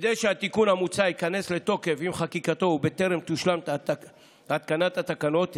כדי שהתיקון המוצע ייכנס לתוקף עם חקיקתו ובטרם תושלם התקנת התקנות,